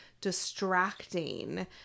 distracting